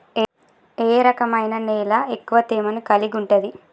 ఏ రకమైన నేల ఎక్కువ తేమను కలిగుంటది?